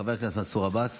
חבר הכנסת מנסור עבאס.